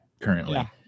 currently